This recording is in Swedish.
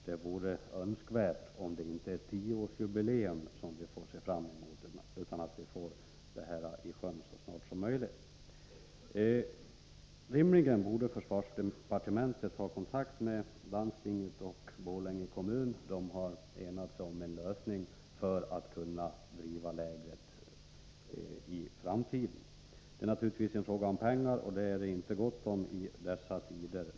Det vore önskvärt om vi inte behövde se fram emot ett tioårsjubileum, utan att åtgärder blir av så snart som möjligt. Rimligen borde försvarsministern ta kontakt med landstinget och Borlänge kommun. De har enats om en lösning för att kunna driva lägret i framtiden. Det är naturligtvis en fråga om pengar, och det är inte gott om sådana i dessa tider.